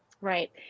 Right